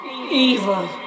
Evil